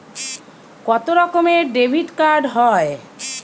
কত রকমের ডেবিটকার্ড হয়?